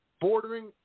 bordering